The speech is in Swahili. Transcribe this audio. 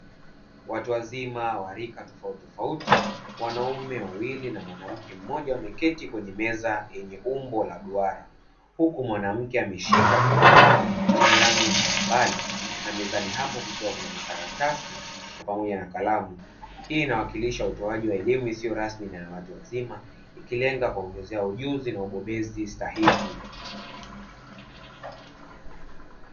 Watu wazima wa rika tofauti tofauti, wanaume wawili na mwanamke mmoja wamekaa kwenye meza yenye umbo la duara, huku mwanamke ameshika kifaa chenye rangi mbalimbali na mezani hapo kukiwa kuna makaratasi, pamoja na kalamu. Hii inawakilisha utoaji wa elimu isiyo rasmi na ya watu wazima, ikilenga kuongezea ujuzi na ubohezi stahiki.